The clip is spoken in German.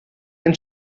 ein